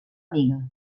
amiga